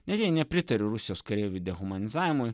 netgi nepritariu rusijos kareivių dehumanizavimo